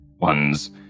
One's